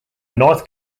north